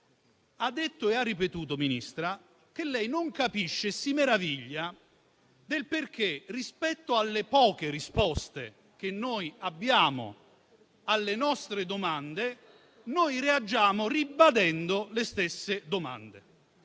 ha detto e ha ripetuto che non capisce e si meraviglia del perché, rispetto alle poche risposte che abbiamo alle nostre domande, noi reagiamo ribadendo le stesse domande.